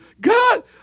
God